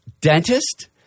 dentist